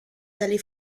dalle